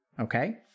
Okay